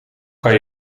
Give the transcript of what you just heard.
kan